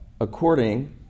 according